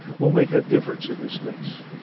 will make a difference in this space.